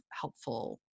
helpful